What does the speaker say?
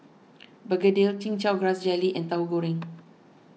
Begedil Chin Chow Grass Jelly and Tauhu Goreng